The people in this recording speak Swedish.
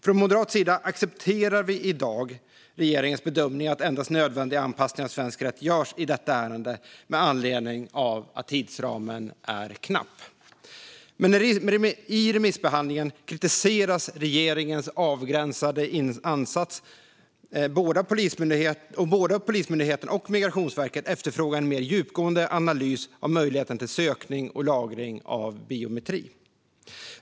Från moderat sida accepterar vi i dag regeringens bedömning att endast göra nödvändiga anpassningar av svensk rätt i detta ärende med anledning av att tidsramen är knapp. I remissbehandlingen kritiseras dock regeringens avgränsade ansats, och både Polismyndigheten och Migrationsverket efterfrågar en mer djupgående analys av möjligheten till sökning och lagring av biometri.